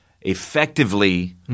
effectively